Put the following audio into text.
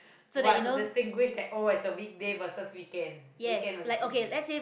to what to distinguish that oh it's a weekday versus weekend weekend versus weekday